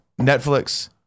Netflix